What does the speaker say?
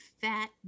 fat